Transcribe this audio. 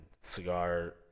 cigar